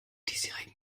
diesjährigen